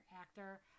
actor